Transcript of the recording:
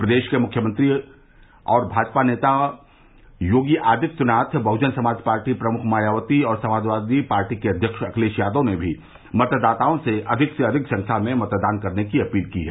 प्रदेश के मुख्यमंत्री और भाजपा नेता मुख्यमंत्री योगी आदित्यनाथ बहुजन समाज पार्टी प्रमुख मायावती और समाजवादी पार्टी के अध्यक्ष अखिलेश यादव ने भी मतदाताओं से अधिक से अधिक संख्या में मतदान करने की अपील की है